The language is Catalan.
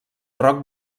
roc